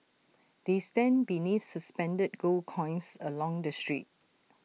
they stand beneath suspended gold coins along the street